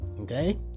Okay